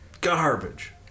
garbage